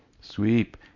Sweep